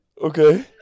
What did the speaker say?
Okay